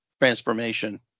transformation